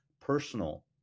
personal